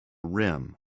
rim